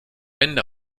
wände